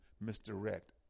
misdirect